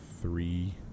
three